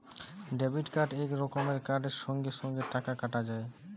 debit card ইক রকমের card সঙ্গে সঙ্গে টাকা কাটা যায়